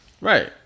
Right